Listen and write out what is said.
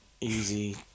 easy